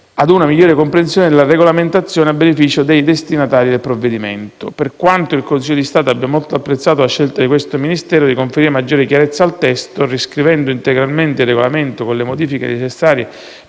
ad una migliore comprensione della regolamentazione a beneficio dei destinatari del provvedimento. Per quanto il Consiglio di Stato abbia molto apprezzato la scelta di questo Ministero di conferire maggiore chiarezza al testo, riscrivendo integralmente il regolamento con le modifiche necessarie